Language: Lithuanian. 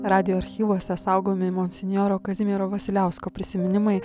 radijo archyvuose saugomi monsinjoro kazimiero vasiliausko prisiminimai